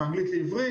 מאנגלית לעברית.